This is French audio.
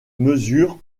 mesure